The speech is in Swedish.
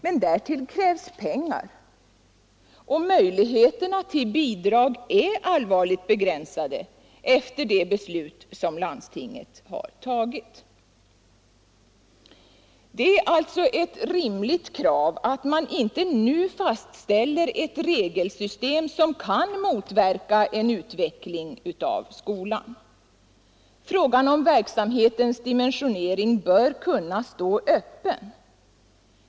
Men därtill krävs pengar, och möjligheterna till bidrag är allvarligt begränsade efter det beslut som landstinget har fattat. Det är alltså ett rimligt krav att man inte nu fastställer ett regelsystem som kan motverka en utveckling av skolan. Frågan om verksamhetens dimensionering bör kunna stå öppen.